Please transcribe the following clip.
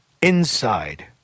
Inside